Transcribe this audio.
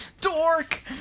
Dork